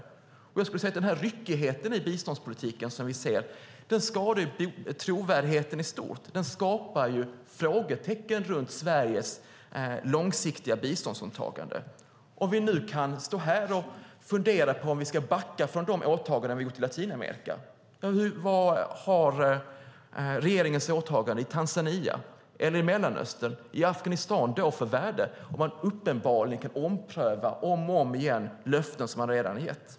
Jag skulle vilja säga att den ryckighet i biståndspolitiken som vi ser skadar trovärdigheten i stort och skapar frågetecken runt Sveriges långsiktiga biståndsåtaganden. Om vi nu kan stå här och fundera på om vi ska backa från de åtaganden som vi har gjort i Latinamerika, vad har då regeringens åtaganden i Tanzania, Mellanöstern och Afghanistan för värde, om man uppenbarligen om och om igen kan ompröva löften som man redan har gett?